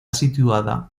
situada